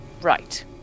Right